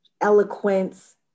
eloquence